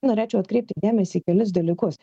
norėčiau atkreipti dėmesį į kelis dalykus